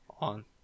on